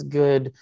good